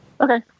Okay